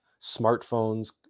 smartphones